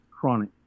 chronic